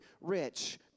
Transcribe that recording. rich